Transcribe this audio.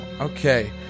Okay